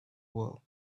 well